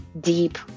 deep